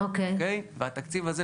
והתקציב הזה,